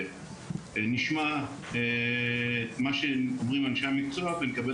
שנשמע את מה שאומרים אנשי המקצוע ונקבל